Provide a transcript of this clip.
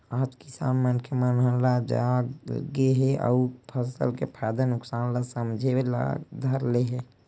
आज किसान मनखे मन ह जाग गे हे अउ फसल के फायदा नुकसान ल समझे ल धर ले हे